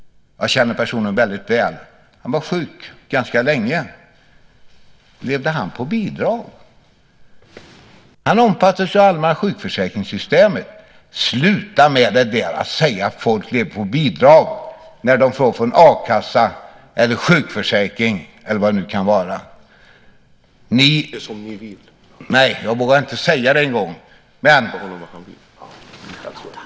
Jag känner personen väl. Han var sjuk ganska länge. Levde han på bidrag? Han omfattades ju av det allmänna sjukförsäkringssystemet. Sluta med att säga att folk lever på bidrag när de får från a-kassa, sjukförsäkring eller vad det kan vara. Nej, jag vågar inte säga det en gång.